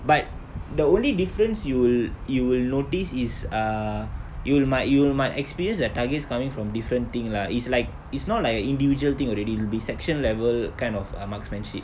but the only difference you'll you'll notice is err you might you might experience the targets coming from different thing lah is like it's not like a individual thing already it'll be section level kind of ah marksmanship